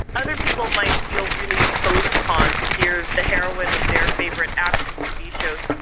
other people might feel really imposed upon to hear the heroine of their favourite action tv show,